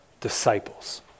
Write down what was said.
Disciples